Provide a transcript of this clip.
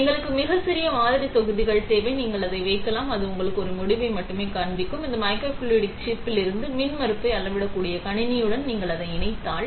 எங்களுக்கு மிகச் சிறிய மாதிரி தொகுதிகள் தேவை நீங்கள் அதை வைக்கலாம் அது உங்களுக்கு ஒரு முடிவை மட்டுமே காண்பிக்கும் இந்த மைக்ரோஃப்ளூய்டிக் சிப்பில் இருந்து மின்மறுப்பை அளவிடக்கூடிய கணினியுடன் நீங்கள் அதை இணைத்தால்